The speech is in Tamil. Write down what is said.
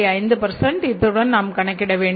5 இதனுடன் நாம் கணக்கிட வேண்டும்